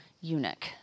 eunuch